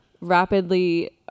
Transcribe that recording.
rapidly